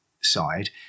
side